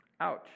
Ouch